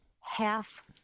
half